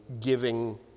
giving